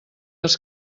els